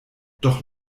doch